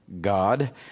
God